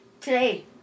today